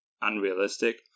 unrealistic